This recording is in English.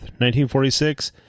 1946